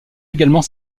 également